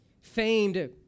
famed